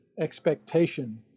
expectation